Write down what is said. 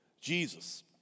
Jesus